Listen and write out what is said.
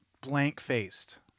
blank-faced